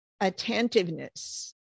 attentiveness